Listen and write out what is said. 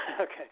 Okay